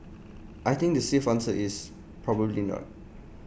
I think the safe answer is probably not